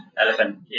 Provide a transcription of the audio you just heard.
elephant